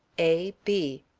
a. b.